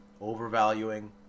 overvaluing